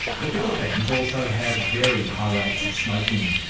the philippines also has very high rates of smoking.